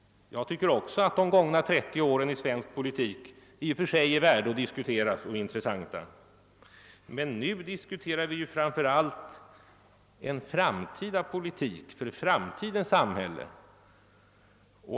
Jag tycker också att de gångna trettio åren i svensk politik i och för sig är intressanta och värda att diskutera, men nu diskuterar vi framför allt en politik för framtidens samhälle.